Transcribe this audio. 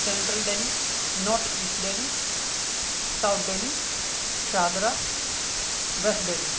central Delhi north east Delhi south Delhi Shahdara west Delhi